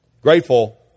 Grateful